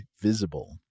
Visible